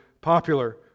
popular